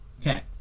Okay